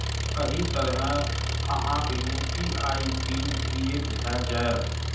एहि तरहें अहांक यू.पी.आई पिन क्रिएट भए जाएत